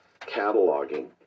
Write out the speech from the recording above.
cataloging